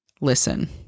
listen